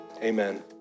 amen